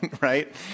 right